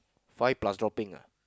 five plus dropping ah